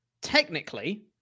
Technically